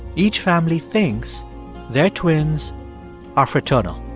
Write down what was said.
each family thinks their twins are fraternal.